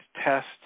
test